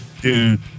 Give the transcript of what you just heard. dude